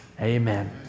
amen